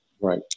right